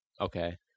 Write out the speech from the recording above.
okay